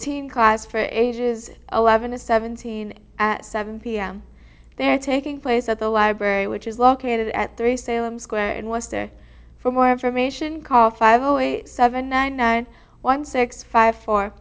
teen class for ages eleven to seventeen at seven pm they're taking place at the library which is located at three salem square and was there for more information call five zero zero seven nine nine one six five for